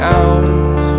out